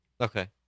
Okay